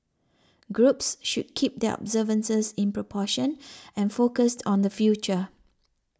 groups should keep their observances in proportion and focused on the future